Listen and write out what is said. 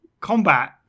combat